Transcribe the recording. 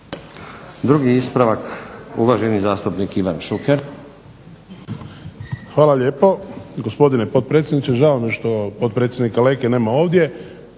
Drugi ispravak, uvaženi zastupnik Ivan Šuker.